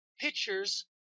pictures